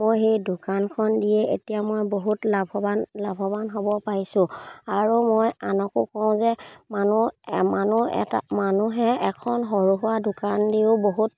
মই সেই দোকানখন দিয়ে এতিয়া মই বহুত লাভৱান লাভৱান হ'ব পাৰিছোঁ আৰু মই আনকো কওঁ যে মানুহ মানুহ এটা মানুহে এখন সৰু সুৰা দোকান দিও বহুত